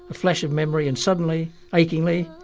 a flash of memory, and suddenly, achingly,